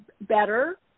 better